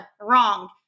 wrong